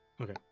Okay